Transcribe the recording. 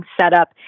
setup